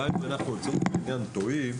גם אם אנחנו לצורך העניין טועים,